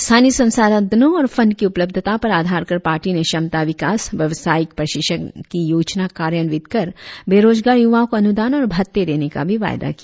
स्थानीय संसाधनो और फंड की उपलब्धता पर आधार कर पार्टी ने क्षमता विकास व्यावसायिक प्रशिक्षण की योजना कार्यान्वित कर बेरोजगार युवाओ को अनुदान और भत्ते देने का भी वायदा किया